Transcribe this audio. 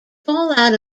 fallout